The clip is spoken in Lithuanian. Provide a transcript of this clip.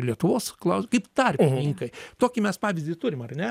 lietuvos klaus kaip tarpininkai tokį mes pavyzdį turim ar ne